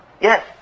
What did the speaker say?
Yes